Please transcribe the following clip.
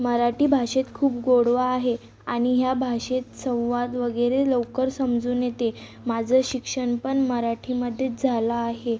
मराठी भाषेत खूप गोडवा आहे आणि ह्या भाषेत संवाद वगैरे लवकर समजून येते माझं शिक्षण पण मराठीमध्येच झालं आहे